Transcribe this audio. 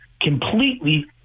completely